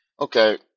Okay